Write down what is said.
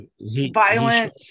Violent